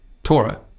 Torah